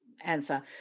answer